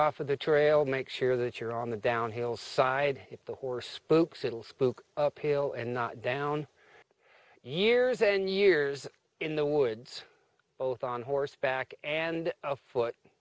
of the trail make sure that you're on the downhill side if the horse spooks it'll spook uphill and not down years and years in the woods both on horseback and afoot